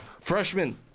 Freshman